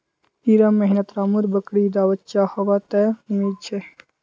इड़ा महीनात रामु र बकरी डा बच्चा होबा त उम्मीद छे